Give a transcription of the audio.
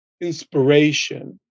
inspiration